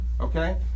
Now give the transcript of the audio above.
okay